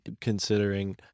considering